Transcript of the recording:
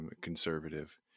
conservative